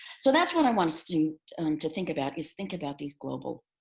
so that's what i want us to to think about is think about these global